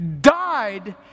died